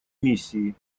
миссии